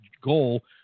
goal